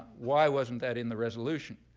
why wasn't that in the resolution?